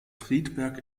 friedberg